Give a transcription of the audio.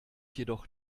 jedoch